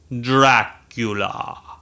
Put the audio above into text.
Dracula